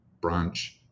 branch